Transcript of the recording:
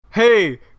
Hey